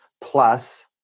plus